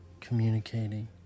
communicating